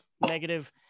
negative